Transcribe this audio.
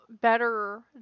better